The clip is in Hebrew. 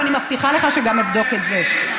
ואני מבטיחה לך שגם אבדוק את זה.